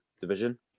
division